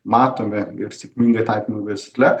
matome kaip sėkmingai taikomi versle